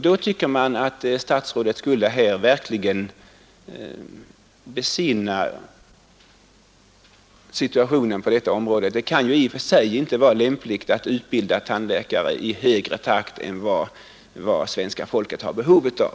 Då tycker man att statsrådet verkligen skulle besinna hur allvarlig situationen på detta område är. Det kan ju i och för sig inte vara lämpligt att utbilda tandläkare i snabbare takt än vad svenska folket har behov av.